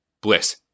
bliss